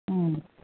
उम